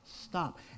Stop